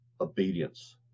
obedience